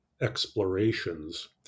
explorations